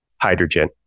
hydrogen